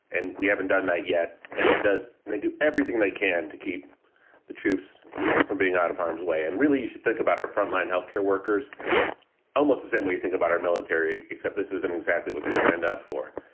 and we haven't done that yet. and it does. and they do everything they can to keep the troops from being out of harm's way. and really, you should think about our frontline health care workers almost the same way you think about our military. except this isn't exactly what they signed up for.